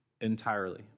entirely